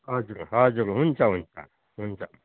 हजुर हजुर हुन्छ हुन्छ हुन्छ